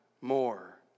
more